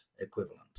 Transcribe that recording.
equivalent